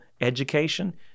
education